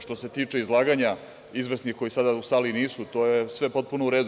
Što se tiče izlaganja izvesnih, koji sada u sali nisu, to je sve potpuno u redu.